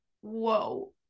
whoa